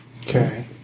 Okay